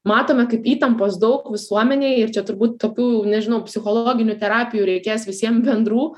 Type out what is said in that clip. matome kaip įtampos daug visuomenėj ir čia turbūt tokių nežinau psichologinių terapijų reikės visiem bendrų